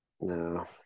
No